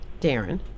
Darren